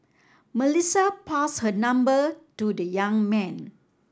Melissa passed her number to the young man